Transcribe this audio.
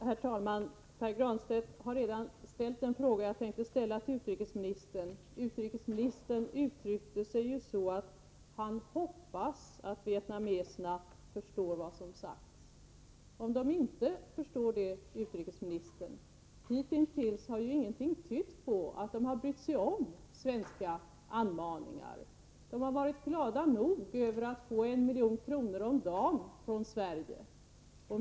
Herr talman! Pär Granstedt har redan ställt den fråga som jag tänkte ställa till utrikesministern. Utrikesministern uttryckte sig ju så att han ”hoppas” att vietnameserna förstår vad som sagts. Men om de inte förstår det, utrikesministern? Hitintills har ju ingenting tytt på att de har brytt sig om svenska anmaningar. De har varit glada nog över att få 1 milj.kr. om dagen från Sverige.